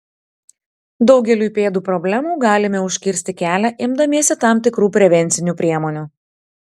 daugeliui pėdų problemų galime užkirsti kelią imdamiesi tam tikrų prevencinių priemonių